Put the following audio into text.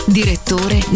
direttore